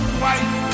white